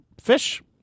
fish